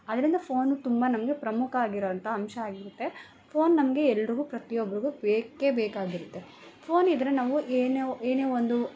ಅದರಿಂದ ಫೋನು ತುಂಬ ನಮಗೆ ಪ್ರಮುಖ ಆಗಿರೋ ಅಂಥ ಅಂಶ ಆಗಿರುತ್ತೆ ಫೋನ್ ನಮಗೆ ಎಲ್ರಿಗೂ ಪ್ರತಿ ಒಬ್ರಿಗೂ ಬೇಕೇ ಬೇಕಾಗಿರುತ್ತೆ ಫೋನ್ ಇದ್ದರೆ ನಾವು ಏನೋ ಏನೇ ಒಂದು